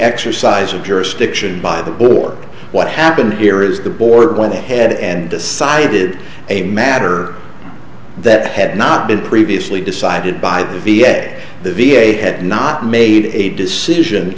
exercise of jurisdiction by the or what happened here is the board went ahead and decided a matter that had not been previously decided by the v a the v a had not made a decision